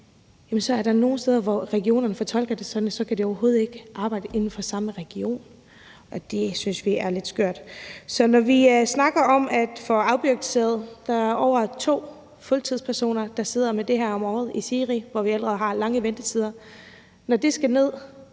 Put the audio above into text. så er der nogle steder, hvor regionerne fortolker reglen sådan, at så kan ægtefællen overhovedet ikke arbejde inden for samme region, og det synes vi er lidt skørt. Så når vi snakker om at få afbureaukratiseret – der er over to fuldtidspersoner om året, der sidder med det her i SIRI, hvor vi allerede har lange ventetider – og få ventetiden ned,